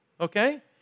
okay